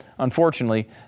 unfortunately